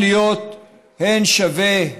הן מתוך רצון להיות שווה,